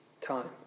time